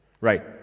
Right